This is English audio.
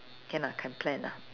can ah can plan ah